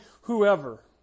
whoever